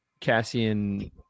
Cassian